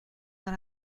dans